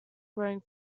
growing